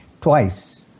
Twice